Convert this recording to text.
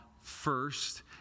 first